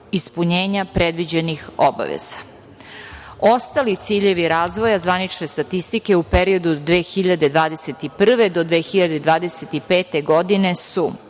ispunjenja predviđenih obaveza. Ostali ciljevi razvoja zvanične statistike u periodu od 2021. do 2025. godine su,